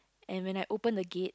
and when I open the gate